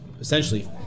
essentially